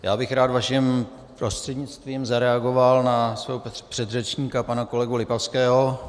Já bych rád vaším prostřednictvím zareagoval na svého předřečníka, pana kolegu Lipavského.